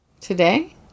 Today